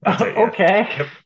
Okay